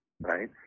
right